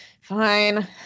Fine